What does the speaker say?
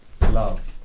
Love